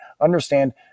understand